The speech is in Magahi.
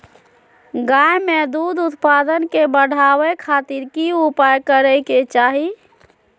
गाय में दूध उत्पादन के बढ़ावे खातिर की उपाय करें कि चाही?